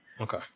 okay